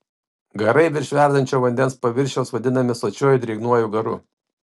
garai virš verdančio vandens paviršiaus vadinami sočiuoju drėgnuoju garu